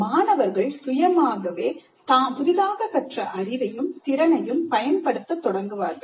மாணவர்கள் சுயமாகவே புதிதாக கற்ற அறிவையும் திறனையும் பயன்படுத்த தொடங்குவார்கள்